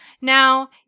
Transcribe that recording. Now